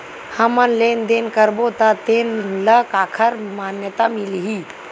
हमन लेन देन करबो त तेन ल काखर मान्यता मिलही?